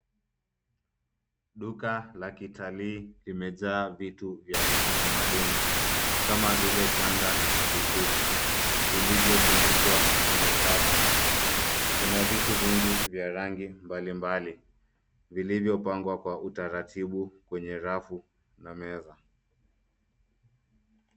Duka la kitalii limejaa vitu vya kitamaduni, kama vile shanga na vikuku, vilivyo tundikwa kwenye rafu. Kuna vitu vingi vya rangi mbalimbali, vilivyo pangwa kwa utaratibu kwenye rafu na meza.